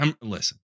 Listen